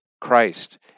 Christ